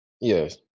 yes